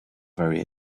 very